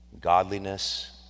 Godliness